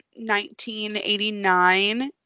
1989